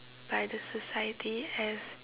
by the society as